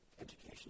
education